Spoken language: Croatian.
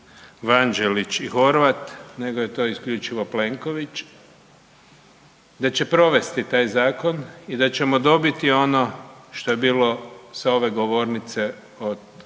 Vanđelić i Horvat nego je to isključivo Plenković, da će provesti taj zakon i da ćemo dobiti ono što je bilo sa ove govornice od